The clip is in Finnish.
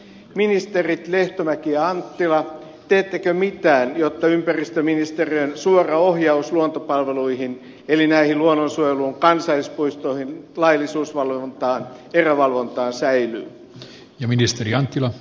ministerit lehtomäki ja anttila teettekö mitään jotta ympäristöministeriön suora ohjaus luontopalveluihin eli luonnonsuojeluun kansallispuistoihin laillisuusvalvontaan erävalvontaan säilyy